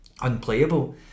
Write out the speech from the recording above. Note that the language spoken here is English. unplayable